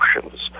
emotions